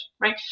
right